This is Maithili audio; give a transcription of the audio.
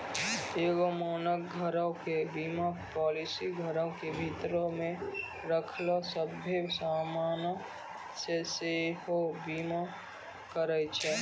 एगो मानक घरो के बीमा पालिसी घरो के भीतरो मे रखलो सभ्भे समानो के सेहो बीमा करै छै